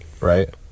Right